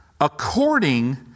According